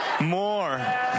More